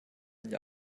herrn